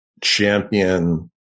champion